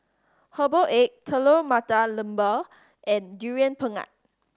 herbal egg Telur Mata Lembu and Durian Pengat